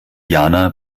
jana